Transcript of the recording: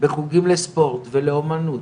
בלוגים לספורט ולאמנות